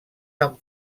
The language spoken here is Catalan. amb